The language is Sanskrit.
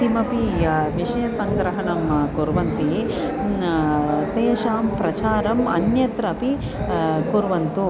किमपि विषयसङ्ग्रहणं कुर्वन्ति तेषां प्रचारम् अन्यत्र अपि कुर्वन्तु